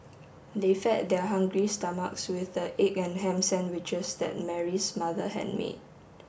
they fed their hungry stomachs with the egg and ham sandwiches that Mary's mother had made